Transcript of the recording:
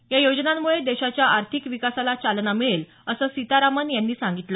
या योजनांमुळे देशाच्या आर्थिक विकासाला चालना मिळेल असं सीतारामन म्हणाल्या